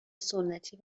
سنتی